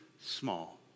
small